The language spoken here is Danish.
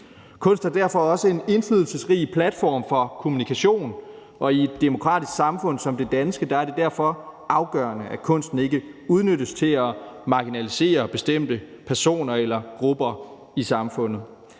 Kunst er derfor også en indflydelsesrig platform for kommunikation, og i et demokratisk samfund som det danske er det derfor afgørende, at kunsten ikke udnyttes til at marginalisere bestemte personer eller grupper i samfundet,